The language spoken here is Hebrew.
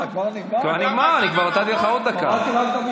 מה עם זכויות האדם?